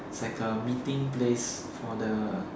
it's like a meeting place for the